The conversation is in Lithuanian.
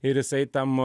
ir jisai tam